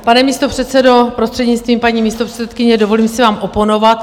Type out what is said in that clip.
Pane místopředsedo, prostřednictvím paní místopředsedkyně, dovolím si vám oponovat.